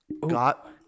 got